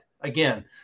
Again